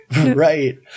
Right